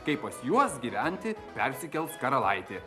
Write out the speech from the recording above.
kai pas juos gyventi persikels karalaitė